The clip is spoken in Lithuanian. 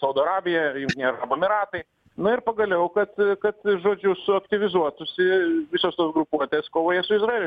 saudo arabija jungtiniai arabų emiratai na ir pagaliau kad kad žodžiu suaktyvizuotųsi visos tos grupuotės kovoje su izraeliu